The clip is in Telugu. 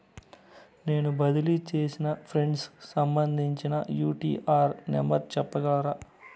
నేను బదిలీ సేసిన ఫండ్స్ సంబంధించిన యూ.టీ.ఆర్ నెంబర్ సెప్పగలరా